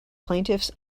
plaintiffs